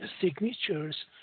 signatures